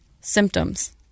symptoms